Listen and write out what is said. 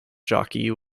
jockey